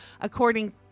according